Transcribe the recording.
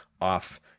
off